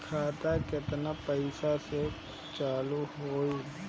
खाता केतना पैसा से चालु होई?